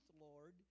Lord